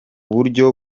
buryo